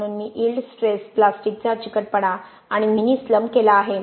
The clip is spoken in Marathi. म्हणून मी ईल्ड स्ट्रेस प्लास्टिकचा चिकटपणा आणि मिनी स्लंप केले आहे